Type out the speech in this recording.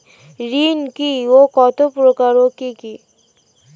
ঋণ কি ও কত প্রকার ও কি কি?